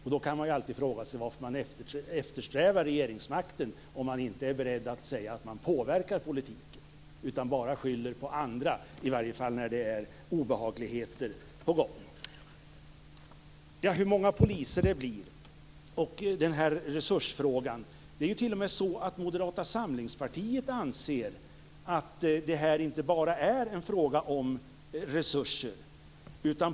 Man kan fråga varför moderaterna eftersträvar regeringsmakten, om de inte är beredda att säga att de påverkar politiken. I stället skyller man på andra, i varje fall när det är obehagligheter på gång. Vad gäller resursfrågan och hur många poliser det blir anser t.o.m. Moderata samlingspartiet att det inte bara är en fråga om resurser.